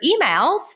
emails